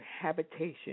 habitation